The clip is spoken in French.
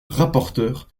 rapporteur